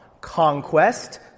conquest